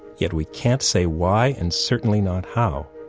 yet we can't say why and certainly not how.